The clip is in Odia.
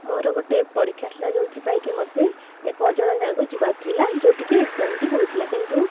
ମୋର ଗୋଟେ ପରୀକ୍ଷା ଥିଲା ଯେଉଁଥିପାଇଁକି ମୋତେ ଏକ ଅଜଣା ଯାଗାକୁ ଯିବାର ଥିଲା ଯେଉଁଠିକି ଏଗ୍ଜାମ୍ଟି ହେଉଥିଲା କିନ୍ତୁ